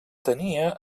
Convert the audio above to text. tenia